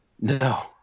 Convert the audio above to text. No